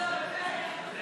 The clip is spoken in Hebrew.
1